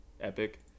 epic